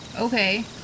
Okay